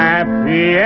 Happy